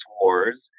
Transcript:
wars